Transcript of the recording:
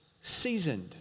seasoned